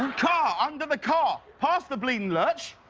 and car, under the car. past the bleeding lurch.